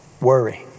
Worry